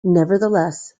nevertheless